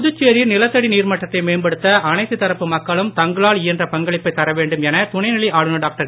புதுச்சேரியில் நிலத்தடி நீர்மட்டத்தை மேம்படுத்த அனைத்துத் தரப்பு மக்களும் தங்களால் இயன்ற பங்களிப்பைத் தரவேண்டும் என துணைநிலை ஆளுனர் டாக்டர்